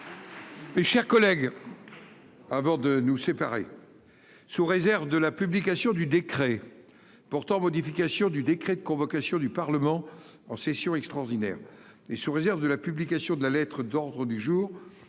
Mes chers collègues, sous réserve de la publication du décret portant modification du décret de convocation du Parlement en session extraordinaire et sous réserve de la publication de la lettre d'ordre du jour,